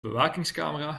bewakingscamera